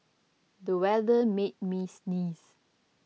the weather made me sneeze